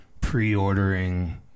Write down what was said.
pre-ordering